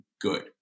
good